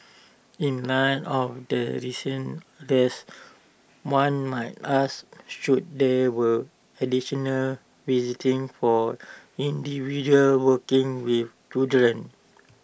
in light of the recent arrest one might ask should there will additional visiting for individuals working with children